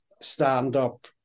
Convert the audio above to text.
stand-up